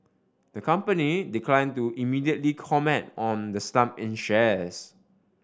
the company declined to immediately comment on the slump in shares